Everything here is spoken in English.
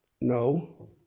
no